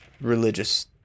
religious